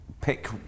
Pick